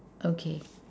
okay